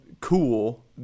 cool